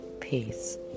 Peace